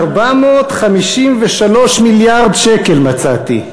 453 מיליארד שקל מצאתי,